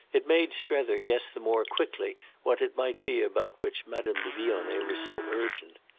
it made strether guess the more quickly what it might be about which madame de vionnet was so urgent.